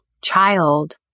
child